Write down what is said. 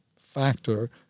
factor